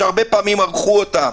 שהרבה פעמים ערכו אותן.